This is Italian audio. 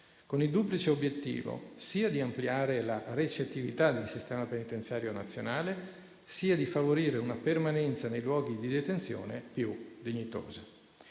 con il duplice obiettivo sia di ampliare la recettività del sistema penitenziario nazionale, sia di favorire una permanenza nei luoghi di detenzione più dignitosa.